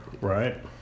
Right